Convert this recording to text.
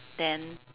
then